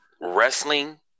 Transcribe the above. wrestling